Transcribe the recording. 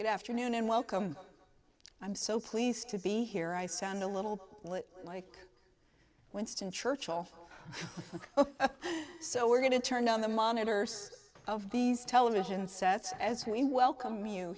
good afternoon and welcome i'm so pleased to be here i sound a little like winston churchill so we're going to turn on the monitor of these television sets as we welcome you